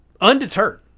undeterred